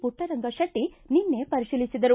ಪುಟ್ಟರಂಗಶೆಟ್ಟಿ ನಿನ್ನೆ ಪರಿಶೀಲಿಸಿದರು